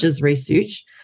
research